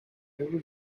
ever